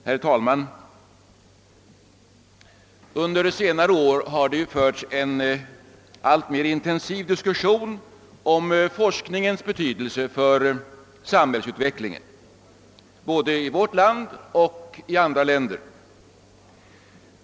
Herr talman! Under senare år har det förts en alltmer intensiv diskussion om forskningens betydelse för samhällsutvecklingen både i vårt land och i andra länder.